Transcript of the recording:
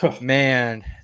Man